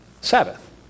Sabbath